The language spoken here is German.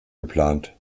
geplant